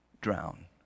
drown